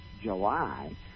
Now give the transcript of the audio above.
July